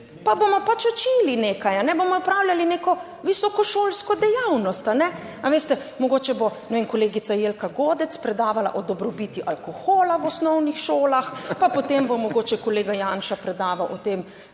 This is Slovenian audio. pa bomo pač učili nekaj, ne bomo opravljali neko visokošolsko dejavnost. Veste, mogoče bo, ne vem, kolegica Jelka Godec predavala o dobrobiti alkohola v osnovnih šolah, pa potem bo mogoče kolega Janša predaval o tem